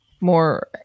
more